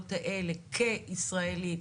כישראלית,